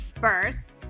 First